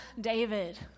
David